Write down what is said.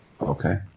okay